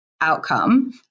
outcome